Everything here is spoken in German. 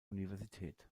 universität